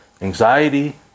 anxiety